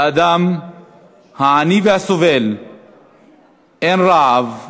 לאדם העני והסובל אין רעב לשוויון.